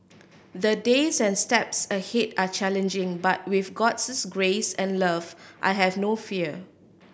the days and steps ahead are challenging but with God grace and love I have no fear